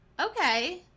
Okay